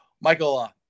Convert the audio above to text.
Michael